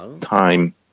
time